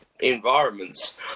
environments